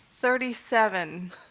Thirty-seven